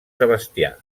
sebastià